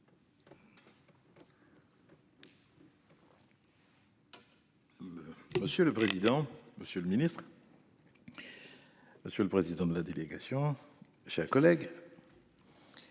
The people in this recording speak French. Monsieur le président, Monsieur le Ministre. Monsieur le président de la délégation. J'ai un collègue.